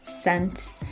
scent